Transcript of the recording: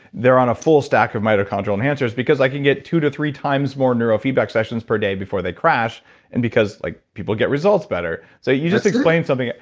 they're on a full stack of mitochondrial enhancers because i can get two to three times more neurofeedback sessions per day before they crash and because like people get results better so you just explained something,